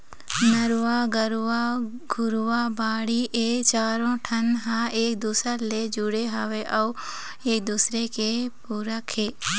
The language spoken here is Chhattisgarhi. नरूवा, गरूवा, घुरूवा, बाड़ी ए चारों ठन ह एक दूसर ले जुड़े हवय अउ एक दूसरे के पूरक हे